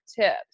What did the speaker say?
tips